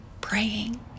praying